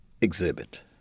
exhibit